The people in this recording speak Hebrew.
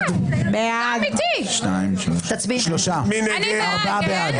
חברת הכנסת דבי ביטון, אני קורא אותך לסדר.